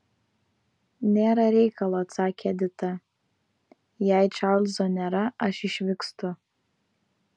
nėra reikalo atsakė edita jei čarlzo nėra aš išvykstu